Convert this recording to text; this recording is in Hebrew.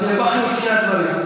אז הרווחנו את שני הדברים.